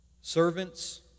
Servants